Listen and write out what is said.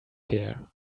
here